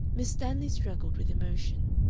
miss stanley struggled with emotion.